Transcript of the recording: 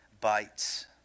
bites